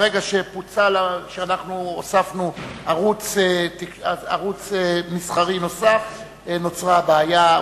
ברגע שהוספנו ערוץ מסחרי, נוצרה הבעיה.